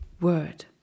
word